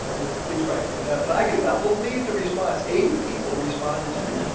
ah you know, please write me a note. and i could not believe the response eighty people responded to me.